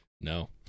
No